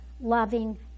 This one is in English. loving